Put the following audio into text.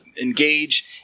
engage